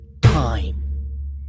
time